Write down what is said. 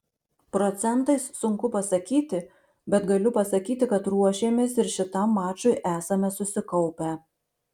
procentais sunku pasakyti bet galiu pasakyti kad ruošėmės ir šitam mačui esame susikaupę